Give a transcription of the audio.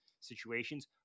situations